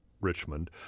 Richmond